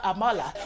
Amala